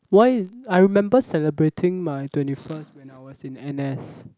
why I remember celebrating my twenty first when I was in N_S